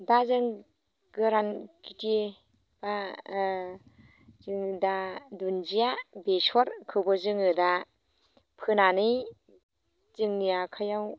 दा जों गोरान खिथि एबा ओ जों दा दुन्दिया बेसरखौबो जोङो दा फोनानै जोंनि आखाइयाव